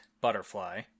butterfly